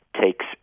takes